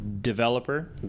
developer